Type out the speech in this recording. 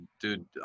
dude